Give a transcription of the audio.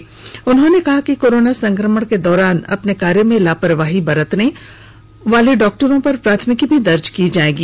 उपायुक्त ने कहा कि कोरोना संक्रमण के दौरान अपने कार्य में लापरवाही बरतने वाले डॉक्टरों पर प्राथमिकी भी दर्ज की जाएगी